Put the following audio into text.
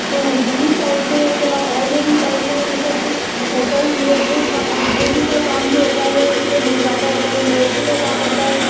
Delhi side میں یا old Delhi side میں یہ سب ہوتا ہی ہے یہ ووڈ ووڈنگ کا کام جو ہوتا ہے اس میں بہت زیادہ ہوتا ہے امبرائڈری کا کام ہوتا ہے